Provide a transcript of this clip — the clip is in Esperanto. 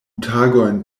tagojn